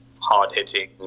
hard-hitting